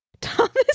Thomas